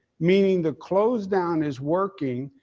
meaning the close-down is working.